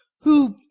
who,